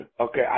Okay